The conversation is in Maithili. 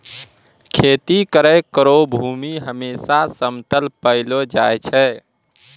खेती करै केरो भूमि हमेसा समतल पैलो जाय छै